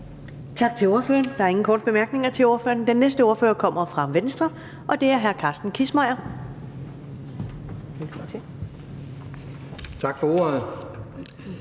Tak til ordføreren. Der er ingen korte bemærkninger til ordføreren. Den næste ordfører kommer fra Venstre, og det er hr. Carsten Kissmeyer. Kl.